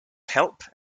help